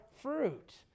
fruit